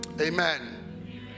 Amen